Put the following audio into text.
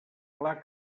clar